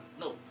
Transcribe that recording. no